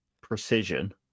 precision